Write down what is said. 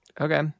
Okay